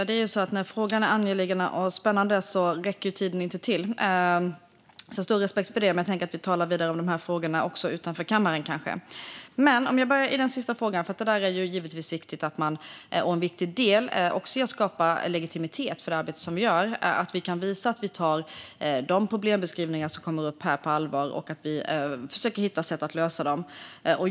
Fru talman! När frågorna är angelägna och spännande räcker tiden inte till. Jag har stor respekt för det, men jag tänker att vi kanske kan tala vidare om de här frågorna också utanför kammaren. Jag börjar med den sista frågan, för det där är givetvis en viktig del. Det handlar om att skapa legitimitet för det arbete som vi gör och att vi kan visa att vi tar de problembeskrivningar som kommer upp här på allvar och försöker hitta sätt att lösa dem.